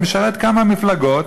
זה משרת כמה מפלגות.